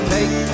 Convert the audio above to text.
Take